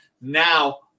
Now